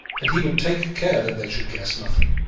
and he would take care that they should guess nothing.